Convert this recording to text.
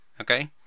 okay